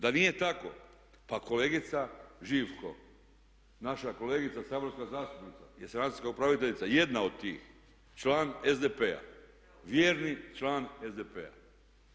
Da nije tako pa kolegica Živko, naša kolegica saborska zastupnica je sanacijska upraviteljica, jedna od tih član SDP-a, vjerni član SDP-a.